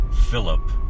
Philip